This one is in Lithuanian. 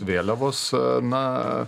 vėliavos na